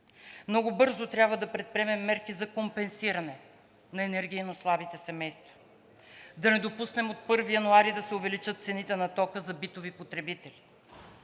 Много бързо трябва да предприемем мерки за компенсиране на енергийно слабите семейства, да не допуснем от 1 януари да се увеличат цените на тока за битови потребители,